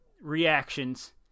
reactions